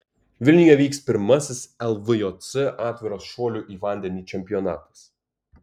vilniuje vyks pirmasis lvjc atviras šuolių į vandenį čempionatas